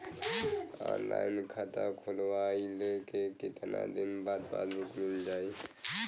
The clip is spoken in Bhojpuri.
ऑनलाइन खाता खोलवईले के कितना दिन बाद पासबुक मील जाई?